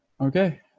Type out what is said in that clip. Okay